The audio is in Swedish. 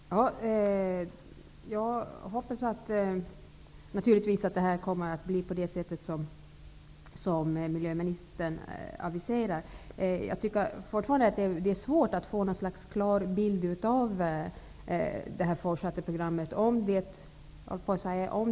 Fru talman! Jag hoppas naturligtvis att det kommer att bli på det sätt som miljöministern aviserar. Det är fortfarande svårt att få någon klar bild av det fortsatta programmet.